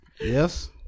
Yes